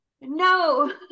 No